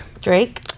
Drake